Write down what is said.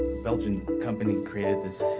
belgian company created this